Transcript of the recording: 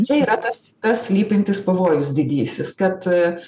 čia yra tas tas slypintis pavojus didysis kad